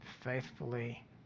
faithfully